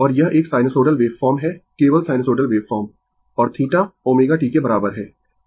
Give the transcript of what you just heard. और यह एक साइनसोइडल वेवफॉर्म है केवल साइनसोइडल वेवफॉर्म और θ ω t के बराबर है